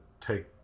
take